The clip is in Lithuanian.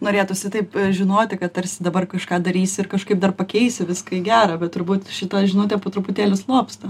norėtųsi taip žinoti kad tarsi dabar kažką darys ir kažkaip dar pakeis viską į gera bet turbūt šita žinutė po truputėlį slopsta